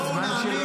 שלא משרת.